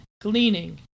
gleaning